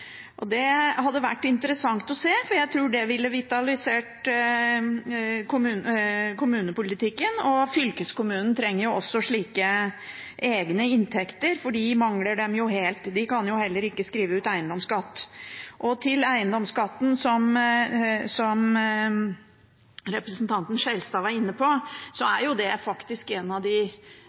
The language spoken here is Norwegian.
Det hadde vært interessant å se, for jeg tror det ville vitalisert kommunepolitikken, og fylkeskommunen trenger også slike egne inntekter, for de mangler dem jo helt. De kan heller ikke skrive ut eiendomsskatt. Til eiendomsskatten, som representanten Skjelstad var inne på: Det er faktisk en av de